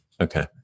Okay